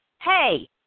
hey